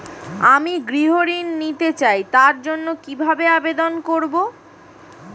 আমি গৃহ ঋণ নিতে চাই তার জন্য কিভাবে আবেদন করব?